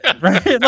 Right